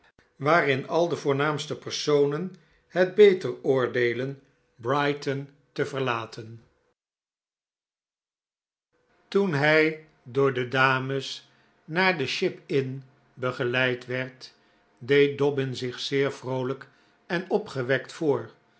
waarin al de voornaamste personen het foeter oordeelen brighton te verlaten toen hij door de dames naar de ship inn begeleid werd deed dobbin zich p r i p zeer vroolijk en opgewekt voor